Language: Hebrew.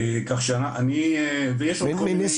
ויש עוד כל מיני דברים.